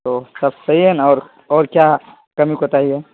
تو سب صحیح ہے نا اور اور کیا کمی کوتاہی ہے